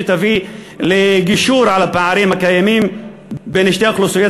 שתביא לגישור על הפערים הקיימים בין שתי האוכלוסיות,